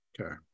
Okay